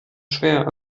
schwer